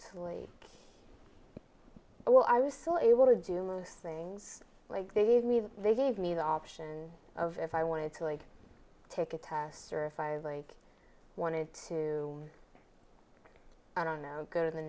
sleep well i was still able to do most things like they gave me they gave me the option of if i wanted to like take a test or five like wanted to i don't know go to the